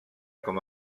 com